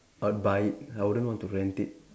I'd buy it I wouldn't want to rent it